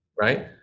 Right